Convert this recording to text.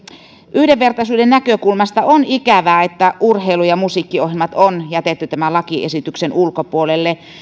yhdenvertaisuuden näkökulmasta on ikävää että urheilu ja musiikkiohjelmat on jätetty tämän lakiesityksen ulkopuolelle